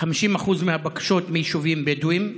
ו-50% מהבקשות מהיישובים הבדואיים,